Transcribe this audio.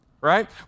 right